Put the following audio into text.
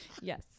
yes